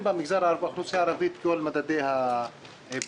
באוכלוסייה הערבית את כל מדדי הבריאות,